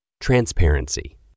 transparency